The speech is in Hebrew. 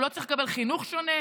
הוא לא צריך לקבל חינוך שונה,